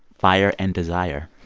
fire and desire